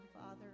Father